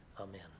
amen